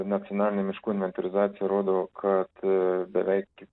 nacionalinė miškų inventorizacija rodo kad beveik